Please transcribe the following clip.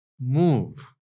Move